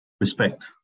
respect